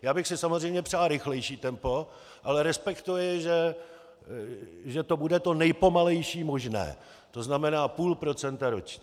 Já bych si samozřejmě přál rychlejší tempo, ale respektuji, že to bude to nejpomalejší možné, tzn. půl procenta ročně.